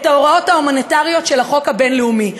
ההוראות ההומניטריות של החוק הבין-לאומי.